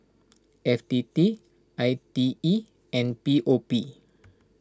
F T T I T E and P O P